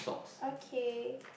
okay